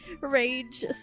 rage